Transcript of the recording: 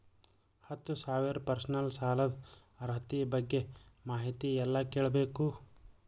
ಹತ್ತು ಸಾವಿರ ಪರ್ಸನಲ್ ಸಾಲದ ಅರ್ಹತಿ ಬಗ್ಗೆ ಮಾಹಿತಿ ಎಲ್ಲ ಕೇಳಬೇಕು?